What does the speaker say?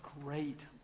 great